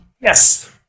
Yes